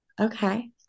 Okay